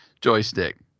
joystick